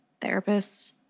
therapists